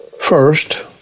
First